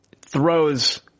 throws